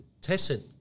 tested